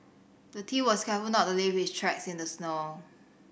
the thief was careful to not leave his tracks in the snow